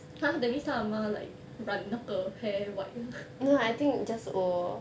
!huh! that means 他的妈 like 染那个 hair white ah